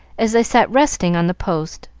as they sat resting on the posts,